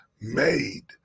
made